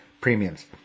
premiums